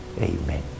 Amen